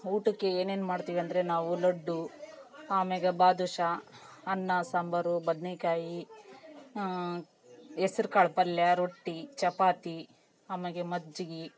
ಊಟಕ್ಕೆ ಏನೇನು ಮಾಡ್ತೀವಿ ಅಂದರೆ ನಾವು ಲಡ್ಡು ಆಮ್ಯಾಗೆ ಬಾದುಷ ಅನ್ನ ಸಾಂಬಾರು ಬದನೇಕಾಯಿ ಹೆಸ್ರುಕಾಳ್ ಪಲ್ಯ ರೊಟ್ಟಿ ಚಪಾತಿ ಆಮ್ಯಾಗೆ ಮಜ್ಜಿಗೆ